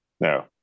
No